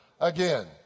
again